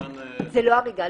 למען --- זאת לא הריגה.